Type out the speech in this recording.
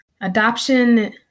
Adoption